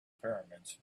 pyramids